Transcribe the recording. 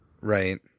Right